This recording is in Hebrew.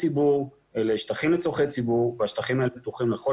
אלה שטחים לצורכי ציבור והשטחים האלה פתוחים לכל